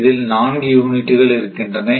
இதில் 4 யூனிட்டுகள் இருக்கின்றன